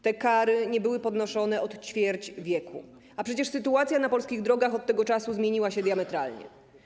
Te kary nie były podnoszone od ćwierć wieku, a przecież sytuacja na polskich drogach od tego czasu zmieniła się diametralnie.